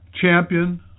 champion